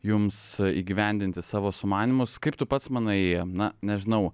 jums įgyvendinti savo sumanymus kaip tu pats manai na nežinau